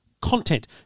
content